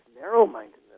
narrow-mindedness